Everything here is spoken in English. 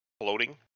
floating